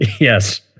Yes